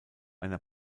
einer